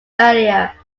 earlier